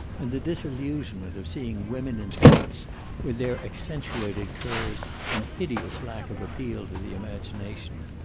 and the disillusionment of seeing women in tights with their accentuated curves and hideous lack of appeal to the imagination.